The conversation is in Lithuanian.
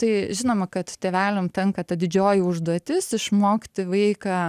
tai žinoma kad tėveliam tenka ta didžioji užduotis išmokti vaiką